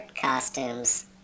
costumes